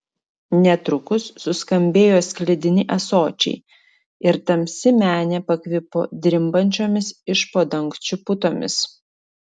netrukus suskambėjo sklidini ąsočiai ir tamsi menė pakvipo drimbančiomis iš po dangčiu putomis